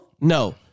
No